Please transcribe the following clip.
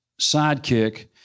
sidekick